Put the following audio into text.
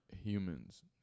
humans